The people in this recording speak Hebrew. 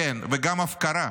כן, וגם הפקרה,